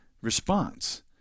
response